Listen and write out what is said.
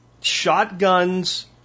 shotguns